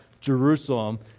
Jerusalem